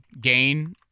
gain